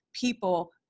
people